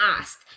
asked